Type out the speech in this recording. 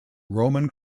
roman